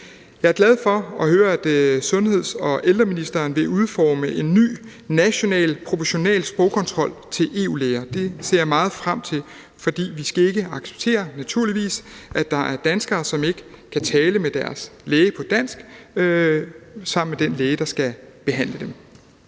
Jeg er glad for at høre, at sundheds- og ældreministeren vil udforme en ny proportional national sprogkontrol til EU-læger. Det ser jeg meget frem til, for vi skal naturligvis ikke acceptere, at der er danskere, som ikke kan tale dansk med deres læge eller med den læge, der skal behandle dem.